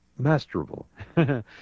masterable